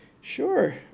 Sure